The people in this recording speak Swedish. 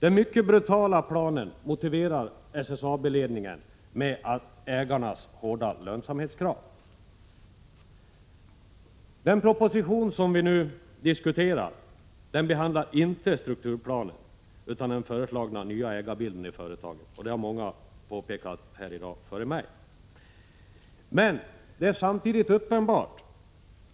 Den mycket brutala planen motiverar SSAB-ledningen med ägarnas hårda lönsamhetskrav. Den proposition som vi nu diskuterar behandlar inte strukturplanen utan den föreslagna nya ägarbilden, och det har många påpekat här i dag före mig. Men det är uppenbart